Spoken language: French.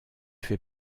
fait